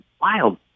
wild